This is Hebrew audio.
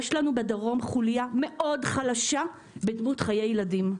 יש לנו בדרום חוליה חלשה מאוד בדמות חיי ילדים.